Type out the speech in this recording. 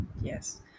Yes